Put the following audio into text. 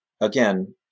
again